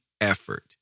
effort